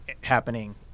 happening